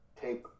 take